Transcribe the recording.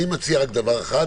אני מציע רק דבר אחד,